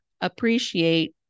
appreciate